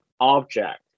object